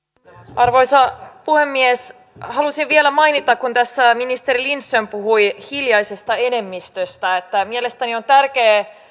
arvoisa puhemies halusin vielä mainita kun tässä ministeri lindström puhui hiljaisesta enemmistöstä että mielestäni on tärkeää